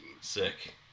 Sick